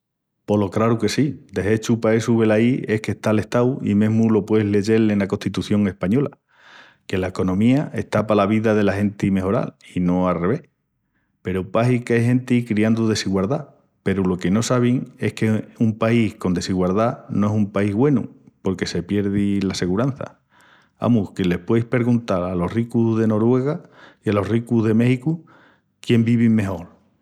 Polo craru que sí. De hechu pa essu velaí es qu'está l'estau i mesmu lo pueis leyel ena Costitución española, que la economía está pala vida dela genti mejoral i no a revés. Peru pahi qu'ai genti criandu desigualdá peru lo que no sabin es que un país con desigualdá no es un país güenu porque se pierdi la segurança. Amus, que les pueis perguntal alos ricus de Noruega i alos ricus de Méxicu, quién vivin mejol.